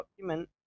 document